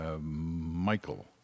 Michael